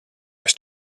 kas